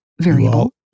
variable